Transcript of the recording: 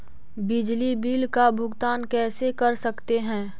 बिजली बिल का भुगतान कैसे कर सकते है?